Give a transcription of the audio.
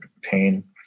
pain